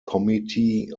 committee